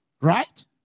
Right